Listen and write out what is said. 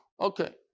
Okay